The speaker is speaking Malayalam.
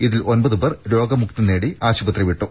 ഇതിൽ ഒമ്പത് പേർ രോഗമുക്തി നേടി ആശുപത്രി വിട്ടു